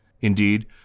Indeed